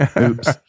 Oops